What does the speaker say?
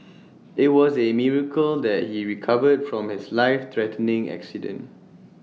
IT was A miracle that he recovered from his life threatening accident